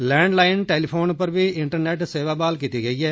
land line telephone पर बी internet सेवा बहाल कीती गेई ऐ